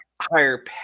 Higher